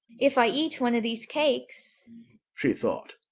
if i eat one of these cakes she thought,